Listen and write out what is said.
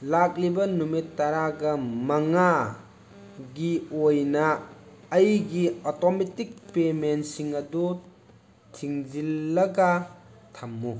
ꯂꯥꯛꯂꯤꯕ ꯅꯨꯃꯤꯠ ꯇꯔꯥꯒ ꯃꯉꯥ ꯒꯤ ꯑꯣꯏꯅ ꯑꯩꯒꯤ ꯑꯣꯇꯣꯃꯦꯇꯤꯛ ꯄꯦꯃꯦꯟ ꯁꯤꯡꯑꯗꯨ ꯊꯤꯡꯖꯤꯜꯂꯒ ꯊꯝꯃꯨ